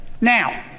Now